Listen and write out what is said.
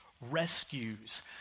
rescues